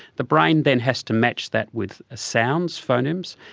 the brain then has to match that with sounds, phonemes,